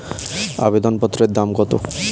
আবেদন পত্রের দাম কত?